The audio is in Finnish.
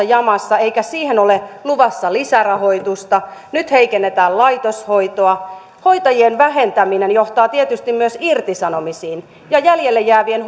jamassa eikä siihen ole luvassa lisärahoitusta nyt heikennetään laitoshoitoa hoitajien vähentäminen johtaa tietysti myös irtisanomisiin ja jäljelle jäävien